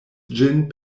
ĝin